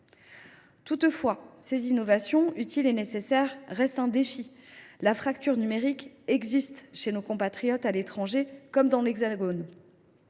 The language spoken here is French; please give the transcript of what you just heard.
Toutefois, ces innovations utiles et nécessaires restent un défi : la fracture numérique frappe nos compatriotes autant à l’étranger que dans l’Hexagone